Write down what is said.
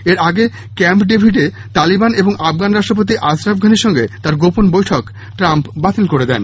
এর আগে ক্যাম্প ডেভিডে তালিবান এবং আফগান রাষ্ট্রপতি আশরফ ঘনির সঙ্গে তাঁর গোপন বৈঠক ট্রাম্প বাতিল করে দেন